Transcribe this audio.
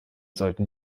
sollten